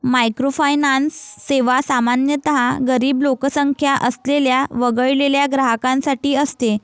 microfinance सेवा सामान्यतः गरीब लोकसंख्या असलेल्या वगळलेल्या ग्राहकांसाठी असते